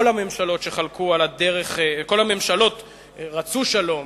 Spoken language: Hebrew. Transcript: כל הממשלות רצו שלום,